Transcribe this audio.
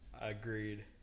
Agreed